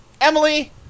Emily